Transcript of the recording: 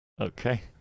Okay